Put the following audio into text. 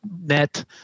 net